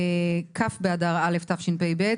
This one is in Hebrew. כ' באדר א' תשפ"ב,